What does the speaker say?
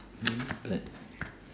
but